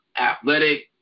athletic